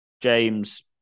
James